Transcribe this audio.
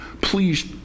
please